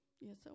yes